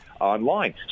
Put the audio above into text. online